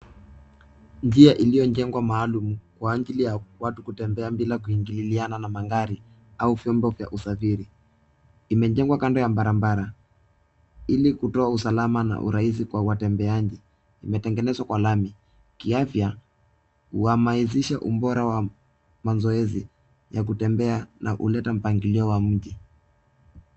Njia iliyojengwa maalum kwa ajili ya watu kutembea bila kuingililiana na magari au vyombo vya usafiri imejengwa kando ya barabara ili kutoa usalama na urahisi kwa watembeaji. Imetengenezwa kwa lamu. Kiafya, uhamasisha ubora wa mazoezi wa kutembea na kuleta mpangilio wa mji.